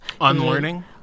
Unlearning